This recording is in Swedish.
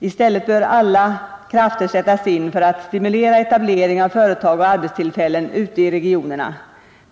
I stället bör alla krafter sättas in för att stimulera etablering av företag och arbetstillfällen ute i regionerna.